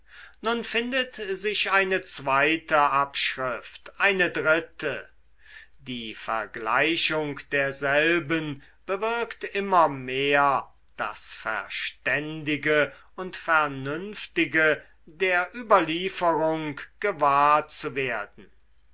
nun findet sich eine zweite abschrift eine dritte die vergleichung derselben bewirkt immer mehr das verständige und vernünftige der überlieferung gewahr zu werden